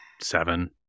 seven